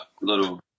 little